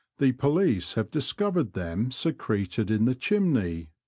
the police have discovered them secreted in the chimney,